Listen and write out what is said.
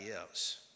else